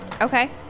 Okay